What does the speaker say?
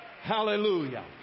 Hallelujah